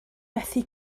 methu